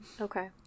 Okay